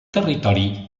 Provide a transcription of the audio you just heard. territori